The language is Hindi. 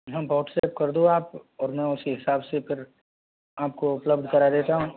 हाँ व्हाट्सअप कर दो आप और मैं उसी हिसाब से फिर आपको उपलब्ध करा देता हूँ